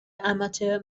amateur